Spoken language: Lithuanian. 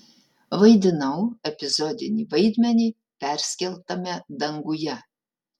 vaidinau epizodinį vaidmenį perskeltame danguje